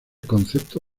concepto